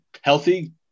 healthy